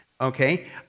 okay